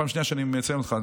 פעם שנייה שאני מציין אותך,